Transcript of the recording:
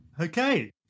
Okay